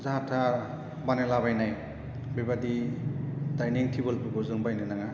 जाहा थाहा बानायलाबायनाय बेबादि डाइनिं टेबोलफोरखौखौ जों बायनो नाङा